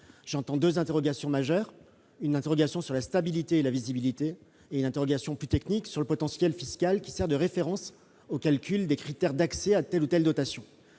J'entends deux interrogations majeures : l'une sur la stabilité et la visibilité ; l'autre, plus technique, sur le potentiel fiscal servant de référence au calcul des critères d'accès à telle ou telle dotation.